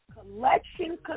collection